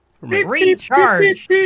Recharge